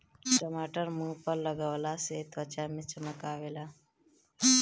टमाटर मुंह पअ लगवला से त्वचा में चमक आवेला